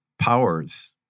powers